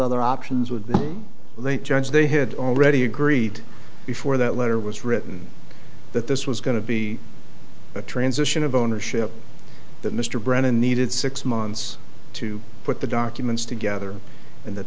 other options would be late judge they had already agreed before that letter was written that this was going to be a transition of ownership that mr brennan needed six months to put the documents together and that